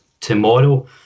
tomorrow